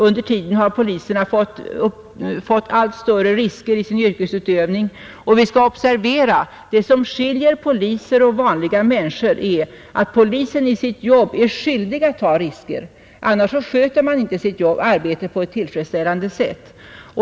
Under tiden tar poliserna allt större risker i sin yrkesutövning. Vi skall observera att det som skiljer poliserna och vanliga människor är att poliserna i sitt jobb är skyldiga att ta risker, annars sköter de inte sitt arbete på ett tillfredställande sätt.